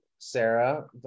sarah